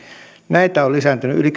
näitä on lisääntynyt yli